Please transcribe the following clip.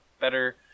better